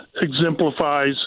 exemplifies –